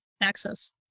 access